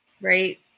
right